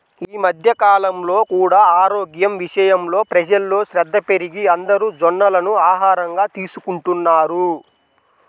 ఈ మధ్య కాలంలో కూడా ఆరోగ్యం విషయంలో ప్రజల్లో శ్రద్ధ పెరిగి అందరూ జొన్నలను ఆహారంగా తీసుకుంటున్నారు